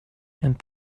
and